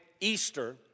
Easter